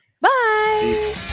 Bye